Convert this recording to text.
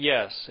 Yes